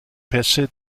pässe